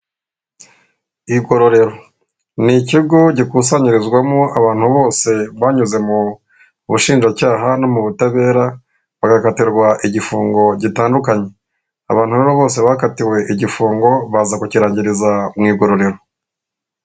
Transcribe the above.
Igororero! Ni ikigo gikusanyirizwamo abantu bose banyuze mu bushinjacyaha no mu butabera, bagakatirwa igifungo gitandukanye. Abantu rero bose bakatiwe igifungo, baza kukirangiriza mu igororero.